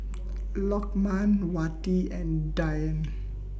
Lokman Wati and Dian